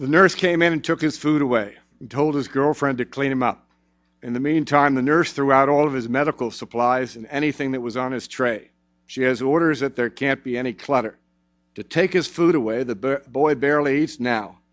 the nurse came in and took his food away and told his girlfriend to clean him up in the meantime the nurse threw out all of his medical supplies and anything that was on his tray she has orders that there can't be any clatter to take his food away the boy barely just now